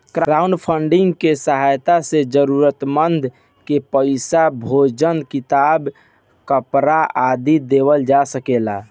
crowdfunding के सहायता से जरूरतमंद के पईसा, भोजन किताब, कपरा आदि देवल जा सकेला